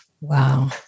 wow